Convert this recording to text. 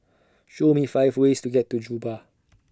Show Me five ways to get to Juba